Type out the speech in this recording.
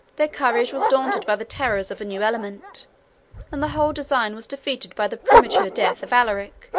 their courage was daunted by the terrors of a new element and the whole design was defeated by the premature death of alaric,